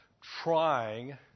trying